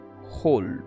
hold